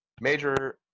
major